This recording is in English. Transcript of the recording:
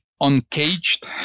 uncaged